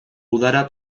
udara